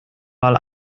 mal